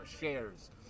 shares